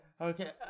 okay